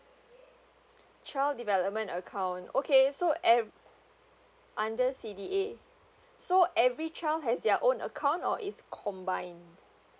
child development account okay so e~ under C_D_A so every child has their own account or is combined